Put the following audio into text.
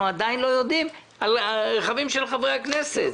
עדיין לא יודעים על רכבים של חברי הכנסת,